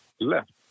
left